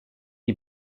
die